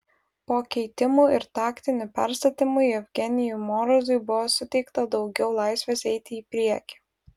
po keitimų ir taktinių perstatymų jevgenijui morozui buvo suteikta daugiau laisvės eiti į priekį